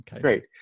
great